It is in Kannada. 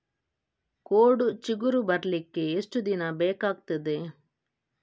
ಕೋಡು ಚಿಗುರು ಬರ್ಲಿಕ್ಕೆ ಎಷ್ಟು ದಿನ ಬೇಕಗ್ತಾದೆ?